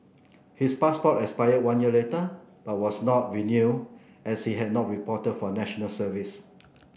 his passport expired one year later but was not renewed as he had not reported for National Service